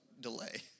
delay